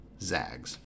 Zags